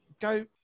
Go